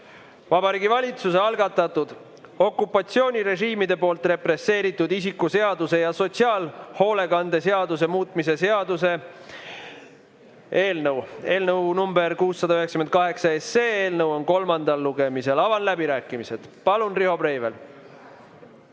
Vabariigi Valitsuse algatatud okupatsioonirežiimide poolt represseeritud isiku seaduse ja sotsiaalhoolekande seaduse muutmise seaduse eelnõu 698 kolmas lugemine. Avan läbirääkimised. Palun, Riho Breivel!